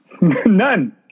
None